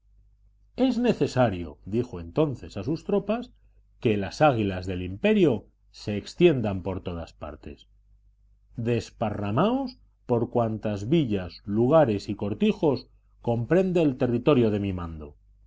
es necesario dijo entonces a sus tropas que las águilas del imperio se extiendan por todas partes desparramaos por cuantas villas lugares y cortijos comprende el territorio de mi mando